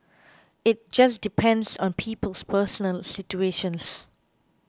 it just depends on people's personal situations